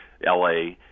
la